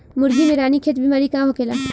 मुर्गी में रानीखेत बिमारी का होखेला?